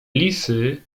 lisy